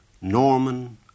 Norman